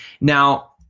Now